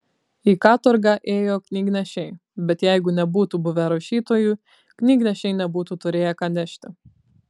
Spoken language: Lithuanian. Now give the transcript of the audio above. į katorgą ėjo knygnešiai bet jeigu nebūtų buvę rašytojų knygnešiai nebūtų turėję ką nešti